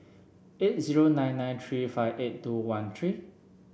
eight zero nine nine three five eight two one three